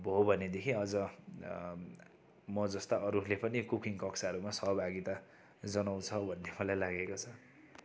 भयो भनेदेखि अझ म जस्ता अरूले पनि कुकिङको कक्षाहरूमा सहभागिता जनाउँछ भन्ने मलाई लागेको छ